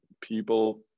people